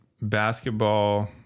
basketball